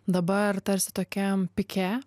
dabar tarsi tokiam pike